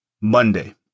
Monday